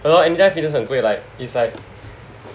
hello Anytime Fitness 很贵 like it's like